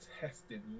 tested